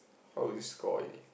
how did you score in it